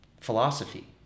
philosophy